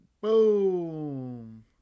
Boom